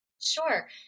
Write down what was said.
Sure